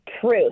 truth